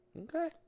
Okay